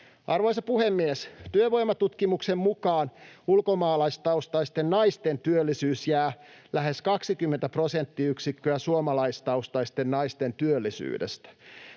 Arvoisa puhemies! Työvoimatutkimuksen mukaan ulkomaalaistaustaisten naisten työllisyys jää lähes 20 prosenttiyksikköä suomalaistaustaisten naisten työllisyydestä.